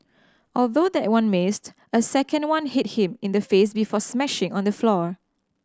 although that one missed a second one hit him in the face before smashing on the floor